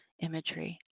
imagery